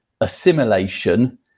assimilation